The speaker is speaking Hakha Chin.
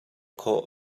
khawh